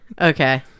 Okay